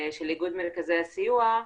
של איגוד מרכזי הסיוע,